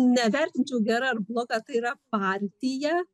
nevertinčiau gera ar bloga tai yra partija